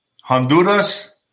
Honduras